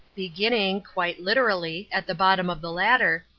beginning, quite literally, at the bottom of the ladder,